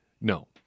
No